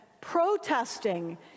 protesting